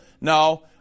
no